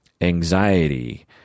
anxiety